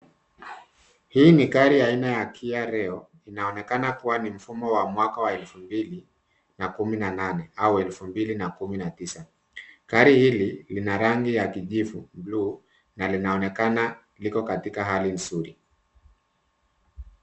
Hili ni gari la Kia Rio inaonekana kuwa ni mfumo wa mwaka wa elfu mbili na kumi na nane au elfu mbili na kumi na tisa. Gari hili lina rangi ya kijivu bluu na linaonekana liko katika hali nzuri.